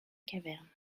caverne